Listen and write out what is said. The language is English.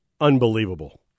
unbelievable